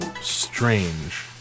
strange